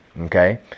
Okay